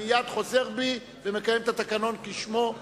אני מייד חוזר בי ומקיים את התקנון כלשונו,